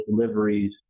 deliveries